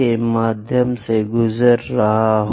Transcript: के माध्यम से गुजर रहा है